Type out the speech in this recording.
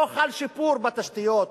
לא חל שיפור בתשתיות.